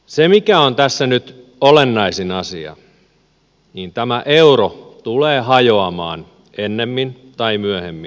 se mikä on tässä nyt olennaisin asia on että tämä euro tulee hajoamaan ennemmin tai myöhemmin